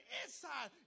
inside